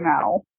now